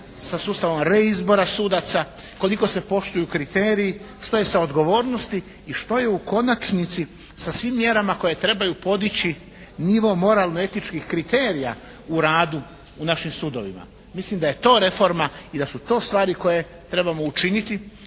sa sustavom reizbora sudaca? Koliko se poštuju kriteriji? Što je sa odgovornosti? I što je u konačnici sa svim mjerama koje trebaju podići nivo moralno etičkih kriterija u radu u našim sudovima? Mislim da je to reforma i da su to stvari koje trebamo učiniti.